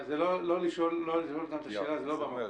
אבל לא לשאול כאן את השאלה זה לא במקום.